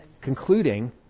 concluding